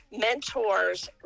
mentors